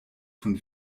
von